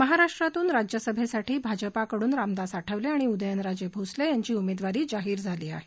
महाराष्ट्रातून राज्यसभेसाठी भाजपकडून रामदास आठवले आणि उदयन राजे भोसले यांची उमेदवारी जाहीर झाली आहे